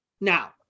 Now